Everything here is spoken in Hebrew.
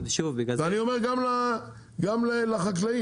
ואני אומר גם לחקלאים,